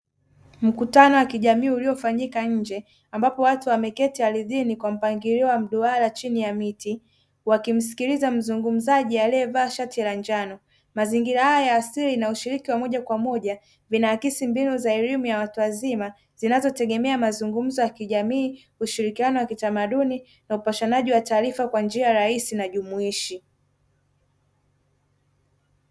Mkutano wa kijamii uliofanyika nje ambapo watu wameketi ardhini kwa mpangilio wa mduara chini ya miti wakimsikiliza mzungumzaji aliyevaa shati la njano. Mazingira haya ya asili na ushiriki wa moja kwa moja vinaakisi mbinu za elimu ya watu wazima zinazotegemea mazungumzo ya kijamii, ushirikiano wa kitamaduni na upashanaji wa taarifa kwa njia rahisi na jumuishi.